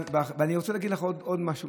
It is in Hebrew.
ואני רוצה להגיד לך עוד משהו,